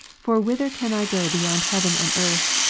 for whither can i go beyond heaven and earth,